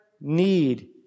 need